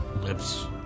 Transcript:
lips